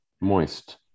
moist